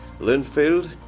Linfield